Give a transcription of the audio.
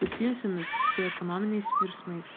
susijusiomis su ekonominiais virsmais